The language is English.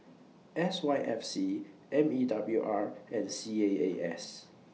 S Y F C M E W R and C A A S